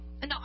No